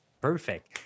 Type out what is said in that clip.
perfect